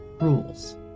rules